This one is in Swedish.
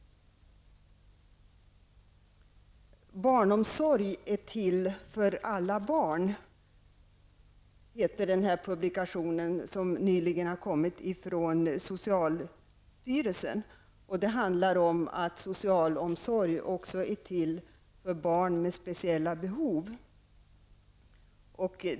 ''Barnomsorg är till för alla barn'' heter en publikation som nyligen har kommit från socialstyrelsen. Den handlar om att social omsorg också är till för barn med speciella behov, ''de glömda barnen''.